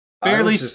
Barely